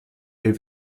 est